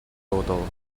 total